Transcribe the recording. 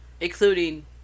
Including